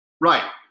Right